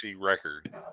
record